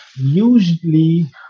Usually